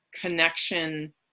connection